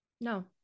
no